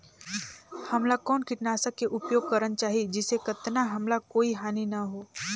हमला कौन किटनाशक के उपयोग करन चाही जिसे कतना हमला कोई हानि न हो?